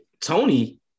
Tony